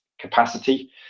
capacity